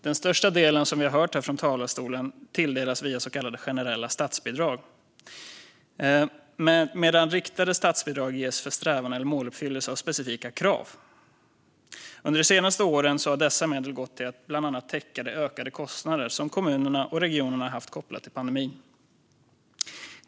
Den största delen tilldelas, som vi nu har hört från talarstolen, via så kallade generella statsbidrag, medan riktade statsbidrag ges för strävan eller måluppfyllelse av specifika krav. Under de senaste åren har dessa medel bland annat gått till att täcka de ökade kostnader som kommunerna och regionerna haft kopplat till pandemin.